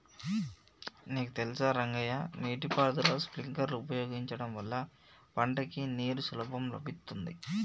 నీకు తెలుసా రంగయ్య నీటి పారుదల స్ప్రింక్లర్ ఉపయోగించడం వల్ల పంటకి నీరు సులభంగా లభిత్తుంది